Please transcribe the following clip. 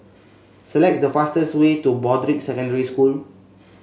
select the fastest way to Broadrick Secondary School